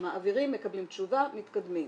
מעבירים, מקבלים תשובה, מתקדמים.